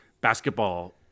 basketball